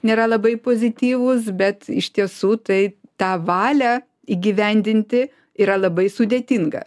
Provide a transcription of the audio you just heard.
nėra labai pozityvūs bet iš tiesų tai tą valią įgyvendinti yra labai sudėtinga